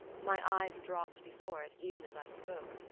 my eyes dropped before it even as i spoke,